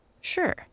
Sure